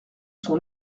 sont